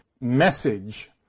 message